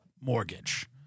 mortgage